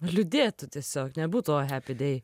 liūdėtų tiesiog nebūtų oh happy day